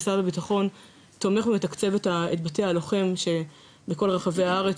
משרד הביטחון תומך ומתקצב את בתי הלוחם שבכל רחבי הארץ,